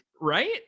right